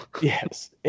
yes